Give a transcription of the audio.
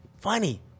Funny